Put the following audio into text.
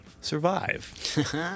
survive